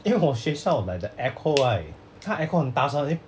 因为我学校 like the echo right 他 echo 很大声一 boom